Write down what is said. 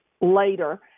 later